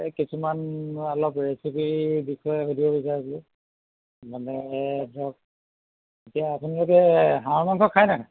এ কিছুমান অলপ ৰেচিপি বিষয়ে সুধিব বিচাৰিছিলো মানে ধৰক এতিয়া আপোনালোকে হাঁহ মাংস খায় নাখায়